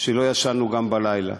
שלא ישנו גם בלילה,